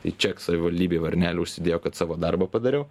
tai ček savivaldybėj varnelę užsidėjo kad savo darbą padariau